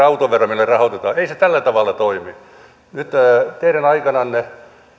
autovero millä rahoitetaan ei se tällä tavalla toimi teidän aikananne